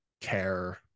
care